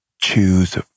choose